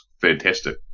fantastic